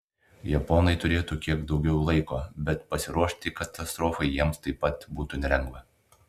japonai turėtų kiek daugiau laiko bet pasiruošti katastrofai jiems taip pat būtų nelengva